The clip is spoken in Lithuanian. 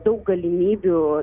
daug galimybių